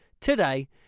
today